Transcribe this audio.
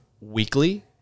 weekly